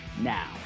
now